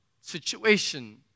situation